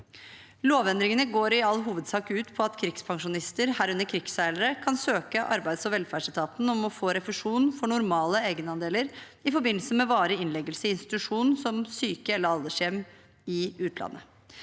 Lovendringene går i all hovedsak ut på at krigspensjonister, herunder krigsseilere, kan søke arbeids- og velferdsetaten om å få refusjon for normale egenandeler i forbindelse med varig innleggelse i institusjon som syke- eller aldershjem i utlandet.